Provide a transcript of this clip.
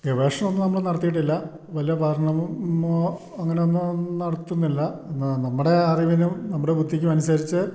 ഗവേഷണം ഒന്നും നമ്മൾ നടത്തിയിട്ടില്ല വലിയ ഭാരണമുമോ അങ്ങനൊന്നും നടത്തുന്നില്ല എന്നാൽ നമ്മുടെ അറിവിനും നമ്മുടെ ബുദ്ധിക്കും അനുസരിച്ച്